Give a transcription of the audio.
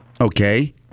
Okay